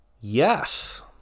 Yes